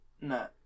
No